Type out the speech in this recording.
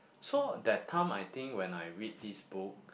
so that time I think when I read this book